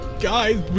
Guys